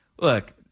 look